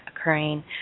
occurring